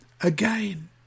again